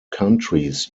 countries